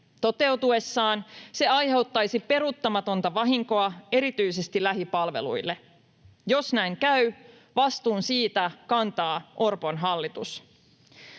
Toteutuessaan se aiheuttaisi peruuttamatonta vahinkoa erityisesti lähipalveluille. Jos näin käy, vastuun siitä kantaa Orpon hallitus.